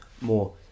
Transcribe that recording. more